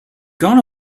gone